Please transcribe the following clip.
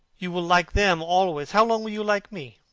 you will like them always. how long will you like me?